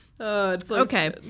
Okay